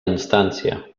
instància